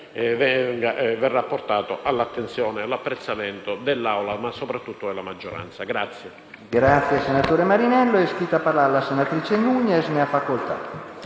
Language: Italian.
verrà portato all'attenzione e all'apprezzamento dell'Assemblea e, soprattutto, della maggioranza.